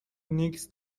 نیکز